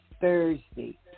Thursday